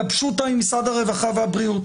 גבשו אותם עם משרד הרווחה והבריאות.